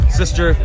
sister